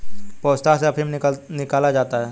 पोस्ता से अफीम निकाला जाता है